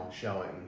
showing